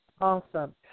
Awesome